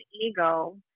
ego